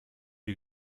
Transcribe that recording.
die